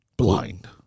Blind